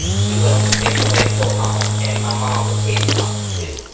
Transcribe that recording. she went a different way to go home and my mom was headed home, too,